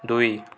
ଦୁଇ